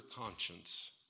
conscience